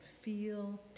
feel